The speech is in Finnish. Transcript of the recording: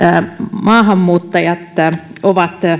maahanmuuttajat ovat